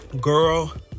girl